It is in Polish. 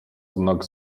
znak